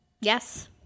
Yes